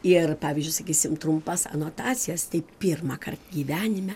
ir pavyzdžiui sakysim trumpas anotacijas tai pirmąkart gyvenime